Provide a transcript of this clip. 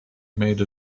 made